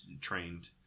trained